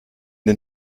den